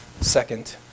Second